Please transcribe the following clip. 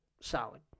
solid